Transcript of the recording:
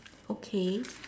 okay